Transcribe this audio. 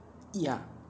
ya